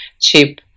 cheap